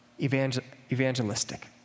evangelistic